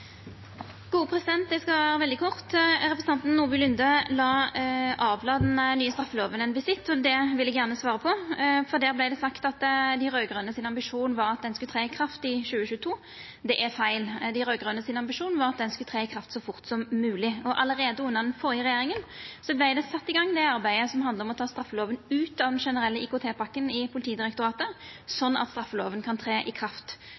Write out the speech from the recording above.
den nye straffelova, og det vil eg gjerne svara på. Det vart sagt at dei raud-grøne sin ambisjon var at lova skulle tre i kraft i 2022. Det er feil. Dei raud-grøne sin ambisjon var at ho skulle tre i kraft så fort som mogleg. Allereie under den førre regjeringa sette ein i gang det arbeidet som handlar om å ta straffelova ut av den generelle IKT-pakka i Politidirektoratet, sånn at ho kan tre i kraft